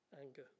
anger